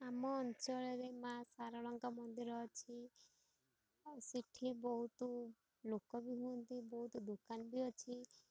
ଆମ ଅଞ୍ଚଳରେ ମାଆ ଶାରଳାଙ୍କ ମନ୍ଦିର ଅଛି ଆଉ ସେଠି ବହୁତ ଲୋକ ବି ହୁଅନ୍ତି ବହୁତ ଦୋକାନ ବି ଅଛି